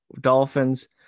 Dolphins